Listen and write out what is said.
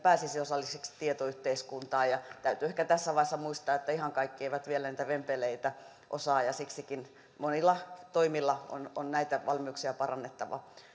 pääsisi osalliseksi tietoyhteiskuntaan täytyy ehkä tässä vaiheessa muistaa että ihan kaikki eivät vielä niitä vempeleitä hallitse ja siksikin monilla toimilla on on näitä valmiuksia parannettava